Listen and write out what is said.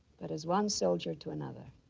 but as one soldier to another.